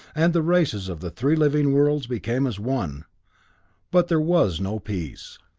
and the races of the three living worlds became as one but there was no peace.